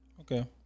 Okay